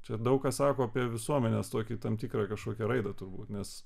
čia daug ką sako apie visuomenės tokį tam tikrą kažkokią raidą turbūt nes